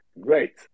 great